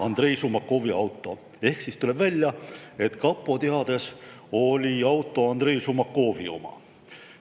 Andrei Šumakovi auto. Ehk tuleb välja, et kapo teada oli auto Andrei Šumakovi oma.